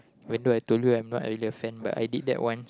when do I told you I'm not either fan but I did that one